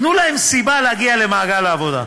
תנו להן סיבה להגיע למעגל העבודה.